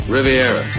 Riviera